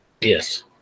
Yes